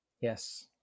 Yes